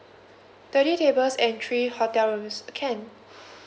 thirty tables and three hotel rooms can